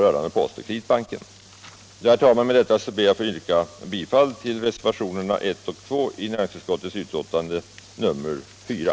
Med detta, herr talman, ber jag att få yrka bifall till reservationerna 1 och 2 vid näringsutskottets betänkande nr 4.